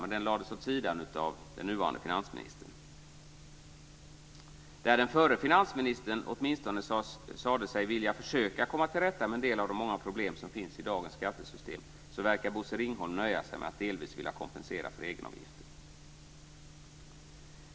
Men den lades åt sidan av den nuvarande finansministern. Där den förre finansministern åtminstone sade sig vilja försöka komma till rätta med en del av de många problem som finns i dagens skattesystem verkar Bosse Ringholm nöja sig med att delvis vilja kompensera för egenavgifter.